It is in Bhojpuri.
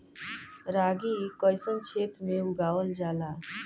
रागी कइसन क्षेत्र में उगावल जला?